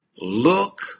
look